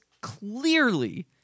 clearly